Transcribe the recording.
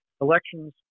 elections